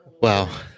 Wow